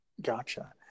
Gotcha